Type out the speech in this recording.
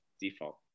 default